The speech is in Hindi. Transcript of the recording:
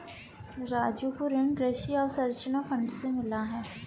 राजू को ऋण कृषि अवसंरचना फंड से मिला है